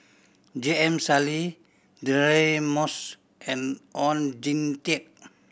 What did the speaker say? J M Sali Deirdre Moss and Oon Jin Teik